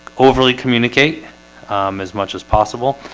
overly communicate as much as possible,